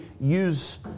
use